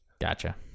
Gotcha